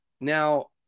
Now